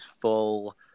full